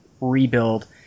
rebuild